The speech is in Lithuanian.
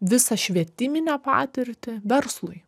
visą švietiminę patirtį verslui